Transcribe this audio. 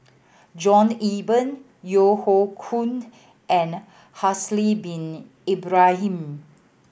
John Eber Yeo Hoe Koon and Haslir Bin Ibrahim